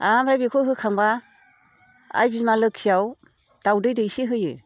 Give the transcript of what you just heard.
आमफ्राय बेखौ होखांब्ला आइ बिमा लोखिआव दाउदै दैसे होयो